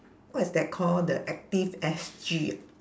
what is that call the active S_G